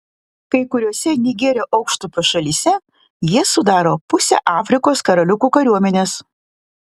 kai kuriose nigerio aukštupio šalyse jie sudaro pusę afrikos karaliukų kariuomenės